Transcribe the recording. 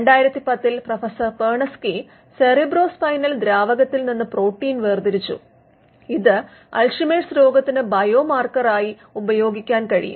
2010 ൽ പ്രൊഫസർ പെർനെസ്കി സെറിബ്രോസ്പൈനൽ ദ്രാവകത്തിൽ നിന്ന് പ്രോട്ടീൻ വേർതിരിച്ചു ഇത് അൽഷിമേഴ്സ് രോഗത്തിന് Alzhimer's disease ബയോ മാർക്കറായി ഉപയോഗിക്കാൻ കഴിയും